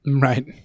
Right